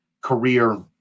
career